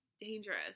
dangerous